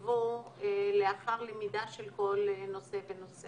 תקנות בריאות העם נכתבו לאחר למידה של כל נושא ונושא.